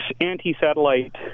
anti-satellite